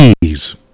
please